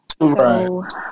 Right